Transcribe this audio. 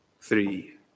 three